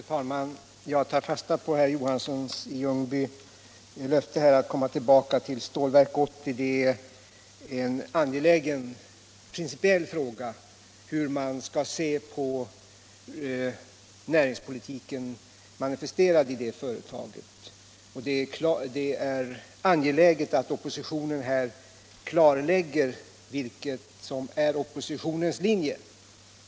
Herr talman! Jag tar fasta på herr Johanssons i Ljungby löfte att komma tillbaka till frågan om Stålverk 80. Det är en angelägen principiell fråga hur man skall se på näringspolitiken såsom den är manifesterad i det företaget. Det är angeläget att oppositionen här klarlägger sin linje.